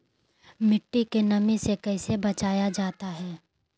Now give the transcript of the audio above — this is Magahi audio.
मट्टी के नमी से कैसे बचाया जाता हैं?